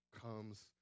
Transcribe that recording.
comes